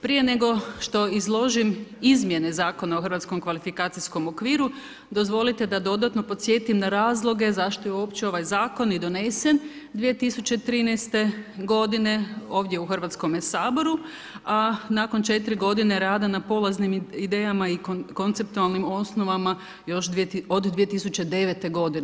Prije nego što izložim Zakona o Hrvatskom kvalifikacijskom okviru dozvolite da dodatno podsjetim na razloge zašto je uopće ovaj zakon i donesen 2013. godine ovdje u Hrvatskome saboru, a nakon četiri godine rada na polaznim idejama i konceptualnim osnovama još od 2009. godine.